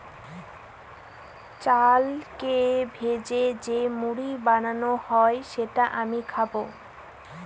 চালকে ভেজে যে মুড়ি বানানো হয় যেটা আমি খাবো